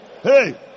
hey